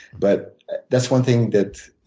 but that's one thing that